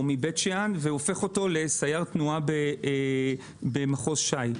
מבית שאן והופך אותו לסייר תנועה במחוז ש"י.